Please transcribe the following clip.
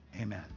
amen